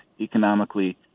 economically